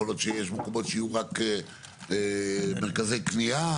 יכול להיות שיש מקומות שיהיו מרכזי קניות,